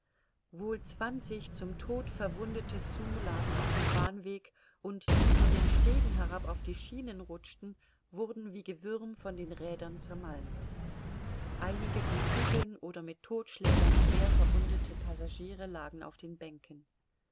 wohl zwanzig zum tod verwundete sioux lagen auf dem bahnweg und die von den stegen herab auf die schienen rutschten wurden wie gewürm von den rädern zermalmt einige von kugeln oder mit todtschlägern schwer verwundete passagiere lagen auf den bänken